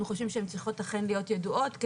חושבים שהן צריכות אכן להיות ידועות,